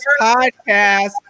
podcast